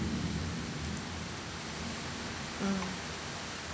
mm